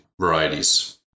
varieties